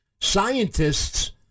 Scientists